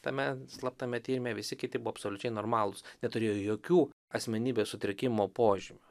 tame slaptame tyrime visi kiti buvo absoliučiai normalūs neturėjo jokių asmenybės sutrikimo požymių